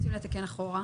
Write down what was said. ואם רוצים לתקן אחורה?